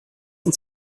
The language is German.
uns